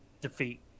defeat